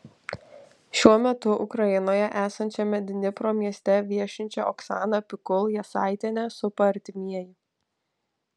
šiuo metu ukrainoje esančiame dnipro mieste viešinčią oksaną pikul jasaitienę supa artimieji